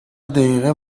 دیقه